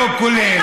חד-משמעית.